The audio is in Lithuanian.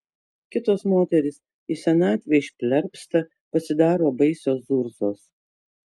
kitos moterys į senatvę išplerpsta pasidaro baisios zurzos